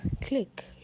click